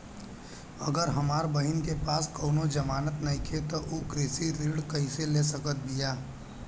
अगर हमार बहिन के पास कउनों जमानत नइखें त उ कृषि ऋण कइसे ले सकत बिया?